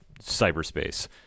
cyberspace